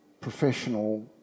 professional